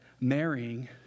marrying